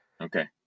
Okay